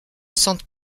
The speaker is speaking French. sentent